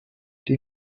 die